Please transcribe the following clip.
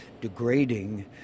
degrading